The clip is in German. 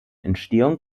entstehung